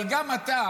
אבל גם אתה,